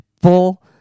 full